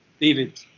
David